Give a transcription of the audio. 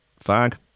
Fag